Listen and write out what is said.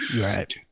right